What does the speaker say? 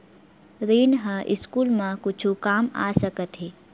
ऋण ह स्कूल मा कुछु काम आ सकत हे?